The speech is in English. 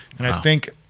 and i think